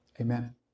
Amen